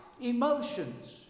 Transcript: emotions